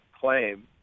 claim